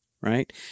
Right